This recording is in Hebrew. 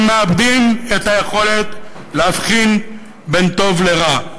הם מאבדים את היכולת להבחין בין טוב לרע.